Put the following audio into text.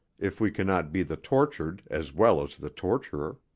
if we can not be the tortured as well as the torturer.